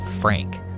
Frank